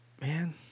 man